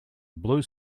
blue